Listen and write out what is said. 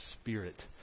spirit